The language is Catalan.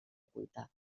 oculta